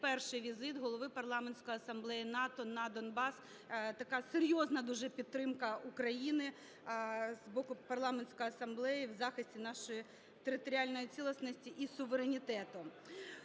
перший візит Голови Парламентської асамблеї НАТО на Донбас, така серйозна дуже підтримка України з боку Парламентської асамблеї в захисті нашої територіальної цілісності і суверенітету.